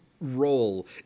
role